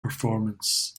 performance